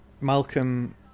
Malcolm